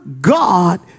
God